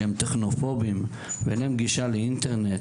שהם טכנופובים ואין להם גישה לאינטרנט,